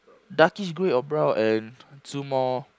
darkish grey or brown and two more